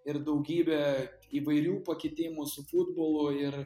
ir daugybė įvairių pakitimų su futbolu ir